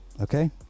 Okay